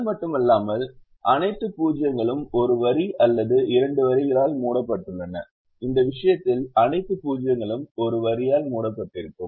அது மட்டுமல்லாமல் அனைத்து 0 களும் ஒரு வரி அல்லது இரண்டு வரிகளால் மூடப்பட்டுள்ளன இந்த விஷயத்தில் அனைத்து 0 களும் ஒரு வரியால் மூடப்பட்டிருக்கும்